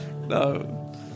no